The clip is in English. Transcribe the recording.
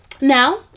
now